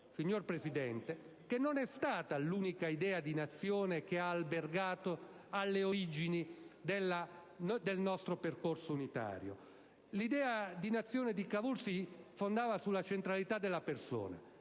signor Presidente, che non è stata l'unica idea di nazione che ha albergato alle origini del nostro percorso unitario. L'idea di nazione di Cavour si fondava sulla centralità della persona